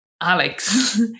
Alex